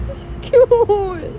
so cute